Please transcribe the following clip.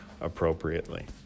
appropriately